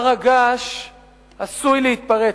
הר הגעש עשוי להתפרץ.